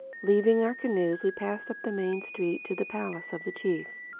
leaving our canoes we passed up the main street to the palace of the chief.